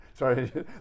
Sorry